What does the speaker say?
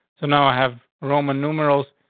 so now i have roman numerals,